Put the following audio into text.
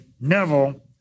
Neville